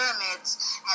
pyramids